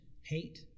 hate